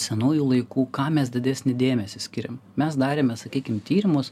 senųjų laikų kam mes didesnį dėmesį skiriam mes darėme sakykim tyrimus